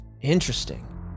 Interesting